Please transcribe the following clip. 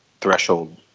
threshold